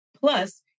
plus